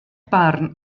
barn